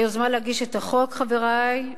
היוזמה להגיש את החוק, חברי,